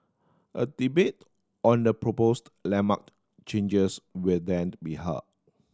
a debate on the proposed landmark changes will then be held